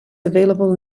available